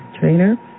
trainer